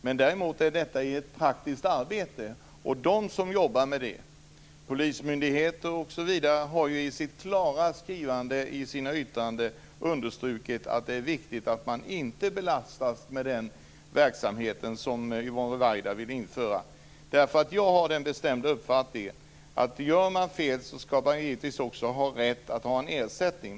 De som jobbar med det praktiska arbetet - bl.a. polismyndigheten - har i sina skrivningar i gjorda yttranden klart understrukit att det är viktigt att man inte belastas med den verksamhet som Yvonne Ruwaida vill införa. Jag har den bestämda uppfattningen att om det blir fel skall man givetvis ha rätt till ersättning.